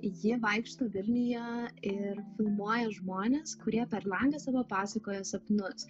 ji vaikšto vilniuje ir filmuoja žmones kurie per langą savo pasakoja sapnus